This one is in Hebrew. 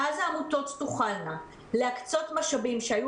ואז העמותות תוכלנה להקצות משאבים שהיו